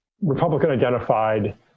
Republican-identified